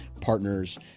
partners